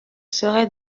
serai